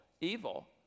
evil